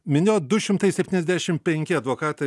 minėjot du šimtai septyniasdešim penki advokatai